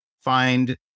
find